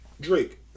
Drake